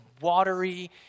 watery